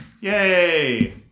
Yay